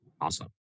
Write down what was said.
Awesome